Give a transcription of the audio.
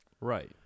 Right